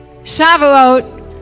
Shavuot